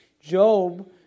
Job